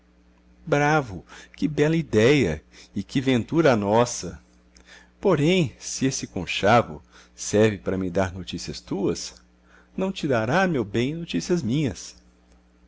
bravo que bela idéia e que ventura a nossa porém se esse conchavo serve para me dar notícias tuas não te dará meu bem notícias minhas